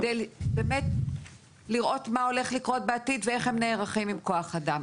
על מנת באמת לראות מה הולך לקרות בעתיד ואיך הם נערכים עם כוח אדם.